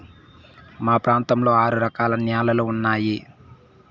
మా ప్రాంతంలో ఆరు రకాల న్యాలలు ఉన్నాయి